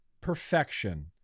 perfection